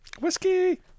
whiskey